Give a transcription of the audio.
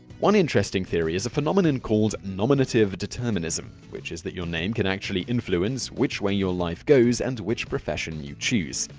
one interesting theory is a phenomenon called nominative determinism, which is that your name can actually influence which way your life goes and which profession you choose.